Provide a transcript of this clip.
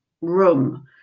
room